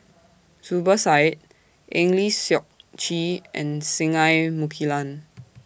Zubir Said Eng Lee Seok Chee and Singai Mukilan